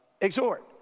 exhort